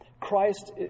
Christ